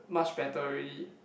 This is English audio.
much better already